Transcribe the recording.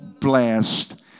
blessed